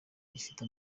gifite